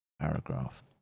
paragraph